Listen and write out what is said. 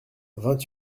vingt